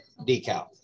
decal